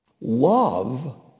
Love